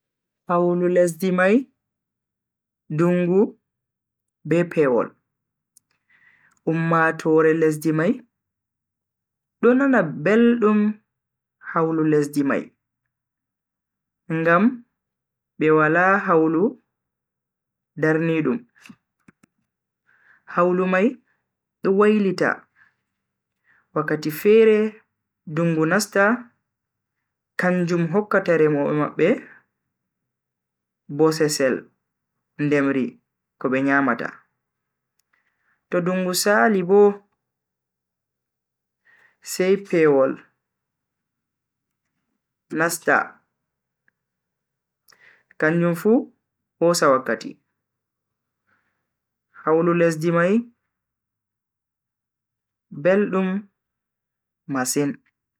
Hawlu lesdi mai dungu be pewol. Ummatoore lesdi mai do nana beldum hawlu lesdi mai ngam be Wala hawlu darnidum. hawlu mai do wailita wakkati fere dungu nasta kanjum hokkata remobe mabbe bosesel ndemri ko be nyamata. to dungu sali Bo sai pewol nasta kanjum fu hosa Wakkati. hawlu lesdi mai beldum masin.